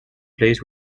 plays